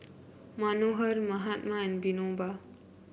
Manohar Mahatma and Vinoba